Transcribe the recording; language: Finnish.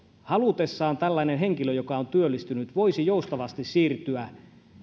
halutessaan tällainen henkilö joka on työllistynyt voisi joustavasti siirtyä